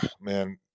man